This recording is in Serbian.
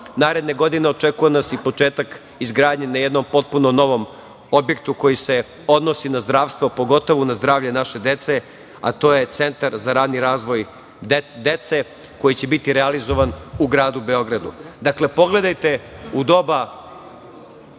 naredne godine očekuje nas i početak izgradnje na jednom potpuno novom objektu koji se odnosi na zdravstvo, pogotovo na zdravlje naše dece, a to je Centar za rani razvoj dece koji će biti realizovan u gradu Beogradu. Dakle,